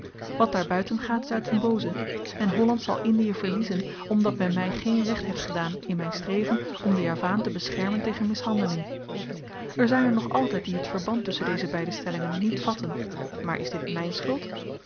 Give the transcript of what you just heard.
wat daarbuiten gaat is uit den booze en holland zal indie verliezen omdat men my geen recht heeft gedaan in myn streven om den javaan te beschermen tegen mishandeling er zyn er nog altyd die t verband tusschen deze beide stellingen niet vatten maar is dit myn schuld